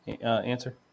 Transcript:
answer